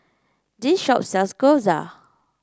this shop sells Gyoza